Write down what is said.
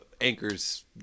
anchors